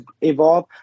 evolve